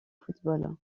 football